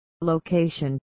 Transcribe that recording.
location